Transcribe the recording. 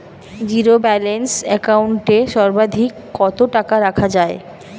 Zero balance account এ সর্বাধিক কত টাকা রাখা য়ায়?